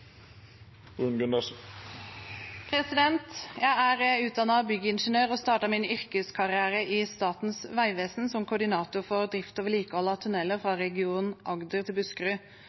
Jeg er utdannet byggingeniør og startet min yrkeskarriere i Statens vegvesen som koordinator for drift og vedlikehold av tunneler fra regionen Agder til Buskerud.